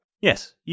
Yes